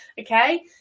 okay